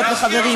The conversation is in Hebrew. הוא לא כינה.